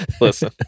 listen